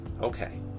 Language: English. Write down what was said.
Okay